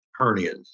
hernias